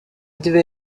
devait